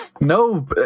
No